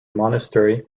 monastery